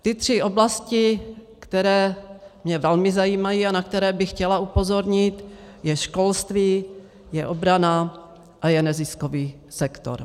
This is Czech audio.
Ty tři oblasti, které mě velmi zajímají a na které bych chtěla upozornit, je školství, je obrana a je neziskový sektor.